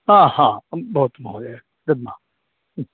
हा हा भवतु महोदय दद्मः